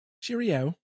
Cheerio